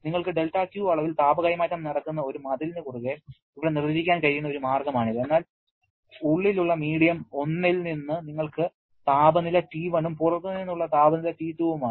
നിങ്ങൾക്ക് δQ അളവിൽ താപ കൈമാറ്റം നടക്കുന്ന ഒരു മതിലിനു കുറുകെ ഇവിടെ നിർവചിക്കാൻ കഴിയുന്ന ഒരു മാർഗമാണിത് എന്നാൽ ഉള്ളിൽ ഉള്ള മീഡിയം 1 ൽ നിങ്ങൾക്ക് താപനില T1 ഉം പുറത്തുനിന്നുള്ള താപനില T2 ഉം ആണ്